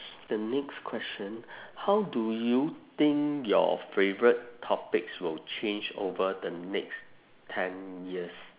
the next question how do you think your favourite topics will change over the next ten years